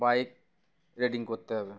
bike riding করতে হবে